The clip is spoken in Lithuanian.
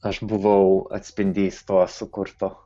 aš buvau atspindys to sukurto